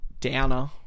downer